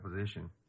position